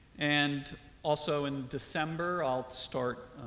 and also in december i'll start